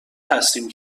هستیم